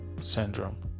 syndrome